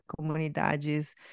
comunidades